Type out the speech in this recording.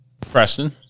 Preston